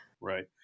Right